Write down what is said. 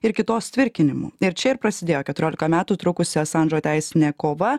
ir kitos tvirkinimu ir čia ir prasidėjo keturiolika metų trukusi asandžo teisinė kova